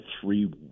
three